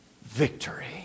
victory